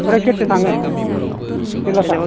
आमफ्राय सोर सोर थाङो मेरलाथार